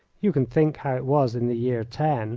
you can think how it was in the year ten